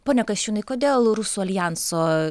pone kasčiūnai kodėl rusų aljanso